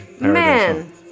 Man